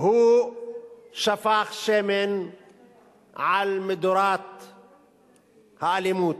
הוא שפך שמן על מדורת האלימות,